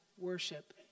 worship